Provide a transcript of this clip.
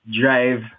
drive